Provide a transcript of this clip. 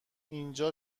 اینجا